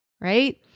right